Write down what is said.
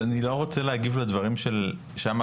אז אני לא רוצה להגיב לדברים של שאמה